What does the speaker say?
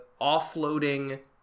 offloading